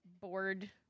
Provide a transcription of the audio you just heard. bored